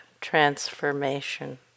transformation